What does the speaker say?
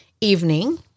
evening